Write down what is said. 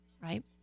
right